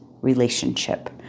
relationship